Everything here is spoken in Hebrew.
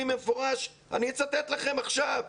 אצטט לכם עכשיו,